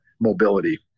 mobility